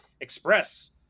express